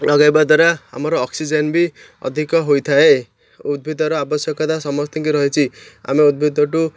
ଲଗାଇବା ଦ୍ୱାରା ଆମର ଅକ୍ସିଜେନ୍ବି ଅଧିକ ହୋଇଥାଏ ଉଦ୍ଭିଦର ଆବଶ୍ୟକତା ସମସ୍ତିଙ୍କି ରହିଛି ଆମେ ଉଦ୍ଭିଦ ଠୁ